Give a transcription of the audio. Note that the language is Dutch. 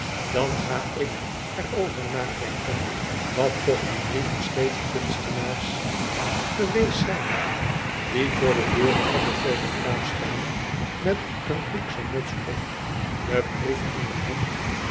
dan ga ik er over nadenken wat toch die drie versleten kunstenaars geweest zijn die voor de deuren van den photograaf staan met een grieksche muts op de proef in de hand